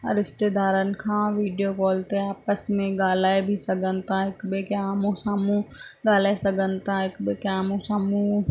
रिश्तेदारनि खां video call ते आपसि में ॻाल्हाए बि सघनि था हिकु ॿिए खे आम्हूं साम्हूं ॻाल्हाए सघनि था हिकु ॿिए खे आम्हूं साम्हूं